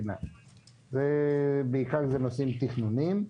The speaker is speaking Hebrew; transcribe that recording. זה בעיקר לנושאים תכנוניים.